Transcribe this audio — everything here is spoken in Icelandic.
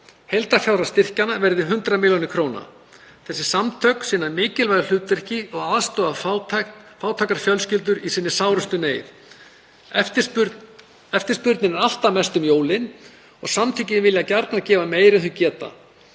Heildarfjárhæð styrkjanna verði 100 millj. kr. Þessi samtök sinna mikilvægu hlutverki og aðstoða fátækar fjölskyldur í sinni sárustu neyð. Eftirspurnin er alltaf mest um jólin og samtökin vilja gjarnan gefa meira en þau geta.